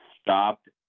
stopped